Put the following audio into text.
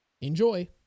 Enjoy